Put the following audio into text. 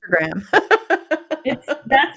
Instagram